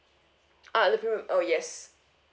ah the premium oh yes